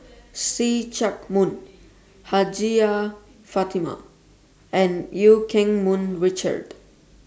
See Chak Mun Hajjah Fatimah and EU Keng Mun Richard